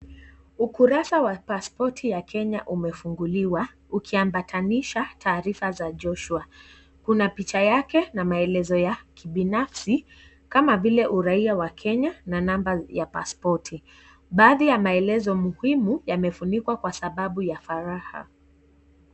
Ukurasa wa pasipoti ya kenya umefunguliwa ukiambatanisha taarifa za Joshua Kuna picha yake na maelezo ya kibinafsi kama vile uraia wa kenya na namba ya pasipoti baadhi ya maelezo muhimu ya umefunikwa kwa sababu ya faraha.